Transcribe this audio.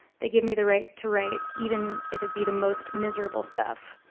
they give me the right to write even if it be the most miserable stuff.